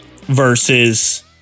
versus